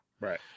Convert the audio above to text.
Right